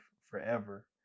forever